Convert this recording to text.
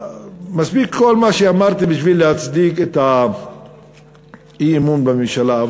מספיק כל מה שאמרתם בשביל להצדיק את האי-אמון בממשלה.